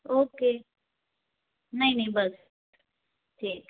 okay नई नई बस ठीक